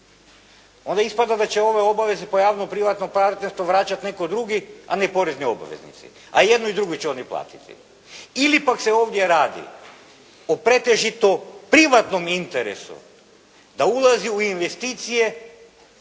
onda ispada da će ove obaveze po javnom privatnom partnerstvu vraćati netko drugi a ne porezni obveznici a jednu i drugu će oni platiti. Ili pak se ovdje radi o pretežito privatnom interesu da ulazi u investicije